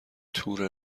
تور